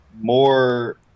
more